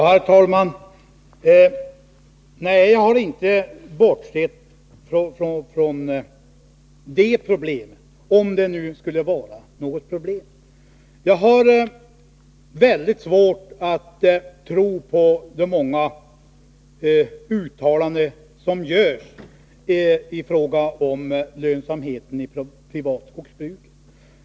Herr talman! Nej, jag har inte bortsett från det problemet — om det nu skulle vara något problem. Jag har svårt att tro på de många uttalanden som görsi fråga om lönsamhet i privat skogsbruk.